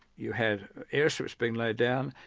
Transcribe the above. you had air strips being laid down,